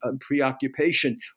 preoccupation